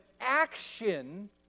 action